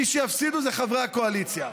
מי שיפסידו אלה חברי הקואליציה.